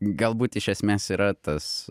galbūt iš esmės yra tas